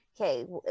okay